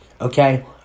Okay